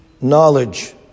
knowledge